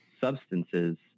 substances